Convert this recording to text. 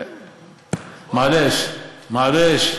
מעלש, מעלש.